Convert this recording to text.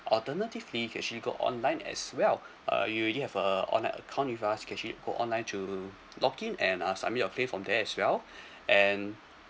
alternatively you can actually go online as well uh you already have a online account with us can actually go online to login and uh submit your claim from there as well and